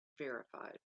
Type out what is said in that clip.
verified